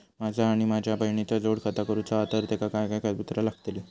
माझा आणि माझ्या बहिणीचा जोड खाता करूचा हा तर तेका काय काय कागदपत्र लागतली?